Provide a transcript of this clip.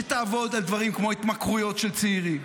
שתעבוד על דברים כמו התמכרויות של צעירים,